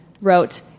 wrote